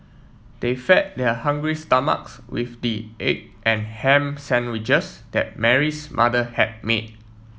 they fed their hungry stomachs with the egg and ham sandwiches that Mary's mother had made